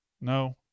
no